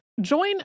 Join